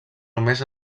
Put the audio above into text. només